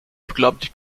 beglaubigte